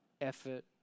effort